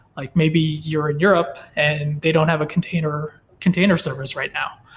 like maybe you're in europe and they don't have a container container service right now.